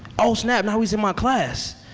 oh snap, now he's in my class.